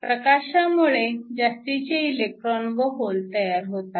प्रकाशामुळे जास्तीचे इलेक्ट्रॉन व होल तयार होतात